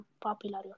popular